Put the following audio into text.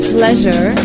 pleasure